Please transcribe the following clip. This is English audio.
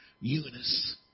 Eunice